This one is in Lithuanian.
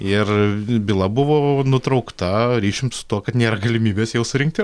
ir byla buvo nutraukta ryšium su tuo kad nėra galimybės jau surinkti